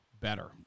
better